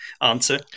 answer